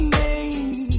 name